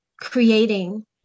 creating